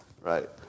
right